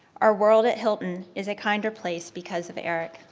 our world at hilton is a kinder place because of eric.